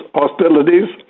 hostilities